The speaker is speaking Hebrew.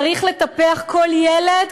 צריך לטפח כל ילד,